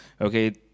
Okay